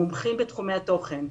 מומחים בתחומי התוכן,